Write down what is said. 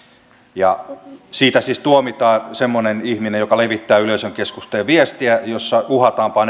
ja siitä siis tuomitaan semmoinen ihminen joka levittää yleisön keskuuteen viestiä jossa uhataan panetellaan tai